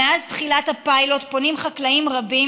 מאז תחילת הפיילוט פונים חקלאים רבים